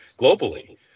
globally